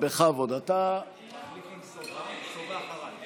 סובה אחריי.